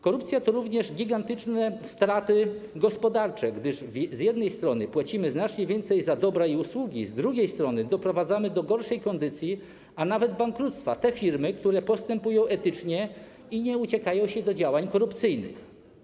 Korupcja to również gigantyczne straty gospodarcze, gdyż z jednej strony płacimy znacznie więcej za dobra i usługi, ale z drugiej strony doprowadzamy do gorszej kondycji, a nawet bankructwa te firmy, które postępują etycznie i nie uciekają się do działań korupcyjnych.